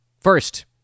First